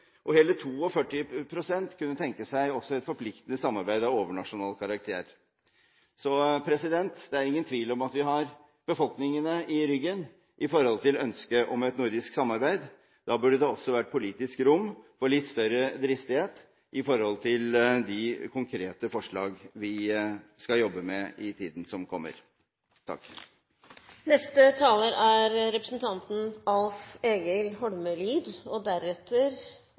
og hele 42 pst. kunne også tenke seg et forpliktende samarbeid av overnasjonal karakter. Så det er ingen tvil om at vi har befolkningene i ryggen med tanke på ønsket om et nordisk samarbeid. Da burde det også vært politisk rom for litt større dristighet når det gjelder de konkrete forslag vi skal jobbe med i tiden som kommer. SV er